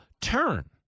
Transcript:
turn